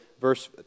verse